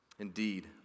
Indeed